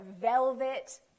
velvet